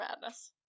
Madness